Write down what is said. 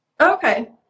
Okay